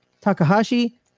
Takahashi